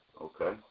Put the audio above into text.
Okay